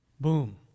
Boom